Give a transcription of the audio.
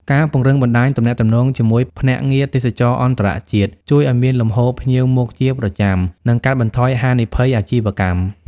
ការពង្រឹងបណ្តាញទំនាក់ទំនងជាមួយភ្នាក់ងារទេសចរណ៍អន្តរជាតិ ជួយឱ្យមានលំហូរភ្ញៀវមកជាប្រចាំ និងកាត់បន្ថយហានិភ័យអាជីវកម្ម។